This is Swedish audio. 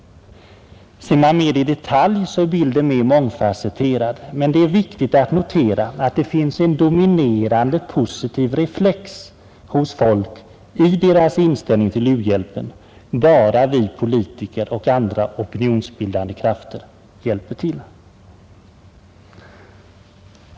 Ser man mer i detalj är bilden mer mångfasetterad. Men det är viktigt att notera att det finns en dominerande positiv reflex hos folk i deras inställning till u-hjälpen, bara vi politiker och andra opinionsbildande krafter hjälper till.